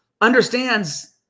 understands